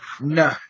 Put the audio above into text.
No